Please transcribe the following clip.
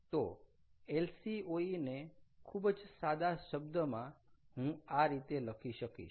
તો LCOE ને ખૂબ જ સાદા શબ્દમાં હું આ રીતે લખી શકીશ